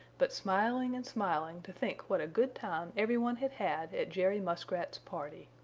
but smiling and smiling to think what a good time every one had had at jerry muskrat's party.